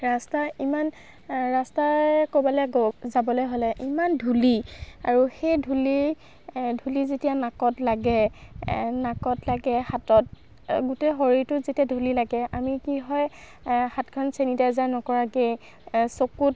ৰাস্তা ইমান ৰাস্তাৰে ক'বলৈ গ যাবলৈ হ'লে ইমান ধূলি আৰু সেই ধূলি ধূলি যেতিয়া নাকত লাগে নাকত লাগে হাতত গোটেই শৰীৰটোত যেতিয়া ধূলি লাগে আমি কি হয় হাতখন চেনিটাইজাৰ নকৰাকেই চকুত